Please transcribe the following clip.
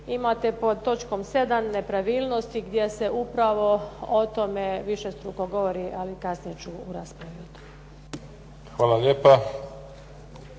imate pod točkom 7. nepravilnosti gdje se upravo o tome višestruko govori, ali kasnije ću u raspravi o tome.